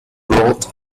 wrote